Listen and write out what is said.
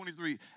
23